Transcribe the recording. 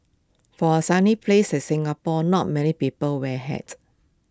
for A sunny place Singapore not many people wear A hat